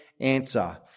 answer